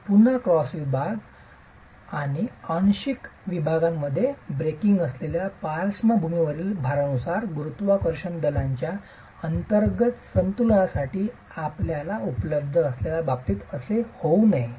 हे पुन्हा क्रॉस विभाग आणि आंशिक विभागांमध्ये क्रॅकिंग असलेल्या पार्श्वभूमीवरील भारानुसार गुरुत्वाकर्षण दलांच्या अंतर्गत संतुलनासाठी आपल्याला उपलब्ध असलेल्या बाबतीत असे होऊ नये